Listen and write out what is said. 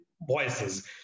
voices